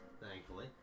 thankfully